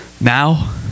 now